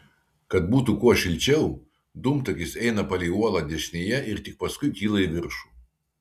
kad būtų kuo šilčiau dūmtakis eina palei uolą dešinėje ir tik paskui kyla į viršų